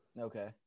Okay